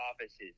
offices